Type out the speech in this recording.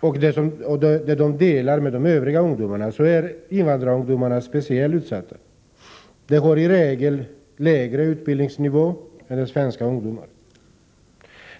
och som de delar med övriga ungdomar, är invandrarungdomarna speciellt utsatta. De har i regel en lägre utbildningsnivå än de svenska ungdomarna.